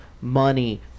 money